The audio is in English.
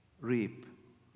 reap